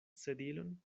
sedilon